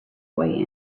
boy